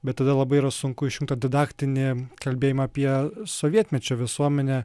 bet tada labai yra sunku išjungt tą didaktinį kalbėjimą apie sovietmečio visuomenę